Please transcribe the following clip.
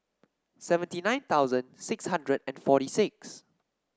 seventy nine thousand six hundred and forty six